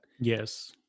yes